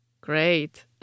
great